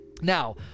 now